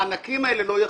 הענקים האלה לא יחליפו.